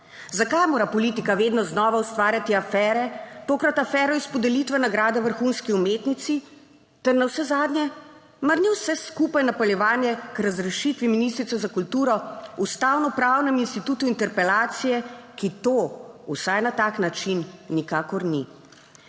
Zakaj mora politika vedno znova ustvarjati afere, tokrat afero iz podelitve nagrade vrhunski umetnici, ter navsezadnje, mar ni vse skupaj napeljevanje k razrešitvi ministrice za kulturo, ustavnopravnem institutu interpelacije, ki to vsaj na tak način nikakor ni.